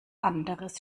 anderes